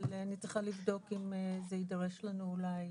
אבל אני צריכה לבדוק אם זה יידרש לנו אולי